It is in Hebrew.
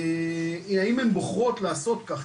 האם הן בוחרות לעשות כך?